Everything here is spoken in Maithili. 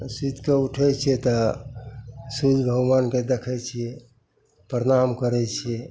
तऽ सुतिके उठै छिए तऽ सूर्य भगवानके देखै छिए परनाम करै छिए